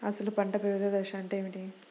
అసలు పంట పెరుగుదల దశ అంటే ఏమిటి?